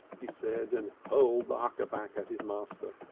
he said, and hurled the huckaback at his master.